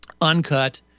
Uncut